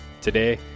Today